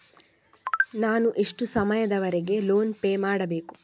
ನಾನು ಎಷ್ಟು ಸಮಯದವರೆಗೆ ಲೋನ್ ಪೇ ಮಾಡಬೇಕು?